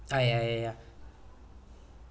ah ya ya ya